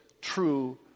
true